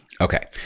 okay